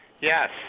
Yes